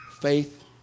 faith